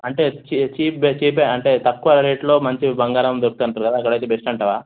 అంటే చీప్ చీపే అంటే తక్కువ రేటులో మంచివి బంగారం దొరుకుతదంటరు కదా అక్కడైతే బెస్ట్ అంటావా